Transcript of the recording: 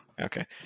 Okay